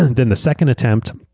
and and the second attempt,